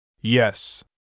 Yes